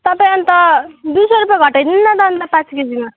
तपाईँ अन्त दुई सौ रुपियाँ घटाइदिनु नि त अन्त पाँच केजीमा